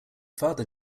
father